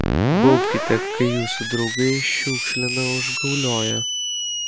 baubkite kai jūsų draugai šiukšlina užgaulioja